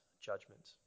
judgment